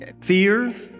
fear